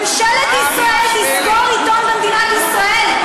ממשלת ישראל תסגור עיתון במדינת ישראל,